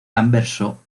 anverso